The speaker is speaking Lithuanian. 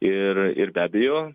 ir ir be abejo